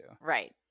Right